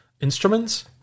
instruments